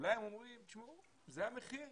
ואולי הם אומרים, תשמעו, זה המחיר